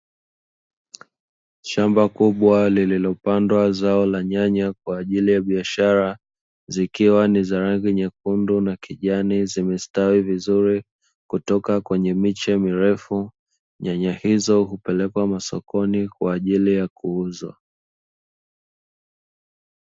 Shamba kubwa lililopandwa zao la nyanya kwa ajili ya biashara, zikiwa ni za rangi nyekundu na kijani zimestawi vizuri kutoka kwenye miche mirefu. Nyanya hizo hupelekwa masokoni kwa ajili ya kuuzwa.